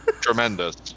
Tremendous